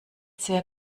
sehr